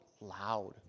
loud